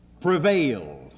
prevailed